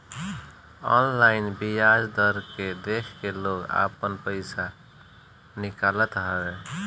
online बियाज दर के देख के लोग आपन पईसा निकालत हवे